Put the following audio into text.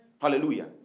Hallelujah